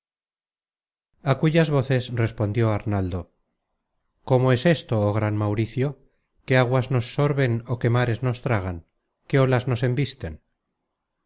a cuyas voces respondió arnaldo cómo es esto oh gran mauricio qué aguas nos sorben ó qué mares nos tragan qué olas nos embisten